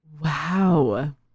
Wow